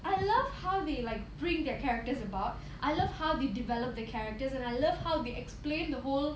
I love how they like bring their characters about I love how they developed the characters and I love how they explain the whole